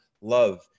love